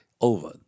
Over